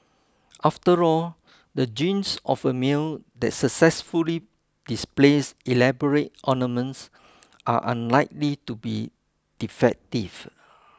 after all the genes of a male that successfully displays elaborate ornaments are unlikely to be defective